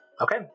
Okay